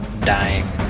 Dying